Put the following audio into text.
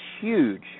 huge